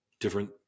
different